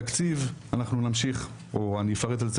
תקציב אנחנו נמשיך או אני אפרט על זה